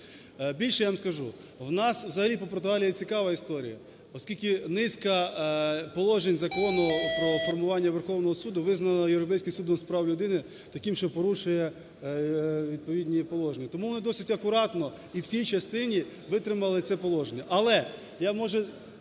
Більше я вам скажу, в нас взагалі по Португалії цікава історія, оскільки низка положень Закону про формування Верховного суду визнано Європейським судом з прав людини таким, що порушує відповідні положення. Тому вони досить акуратно і в цій частині витримали це положення.